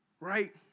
right